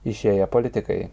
išėję politikai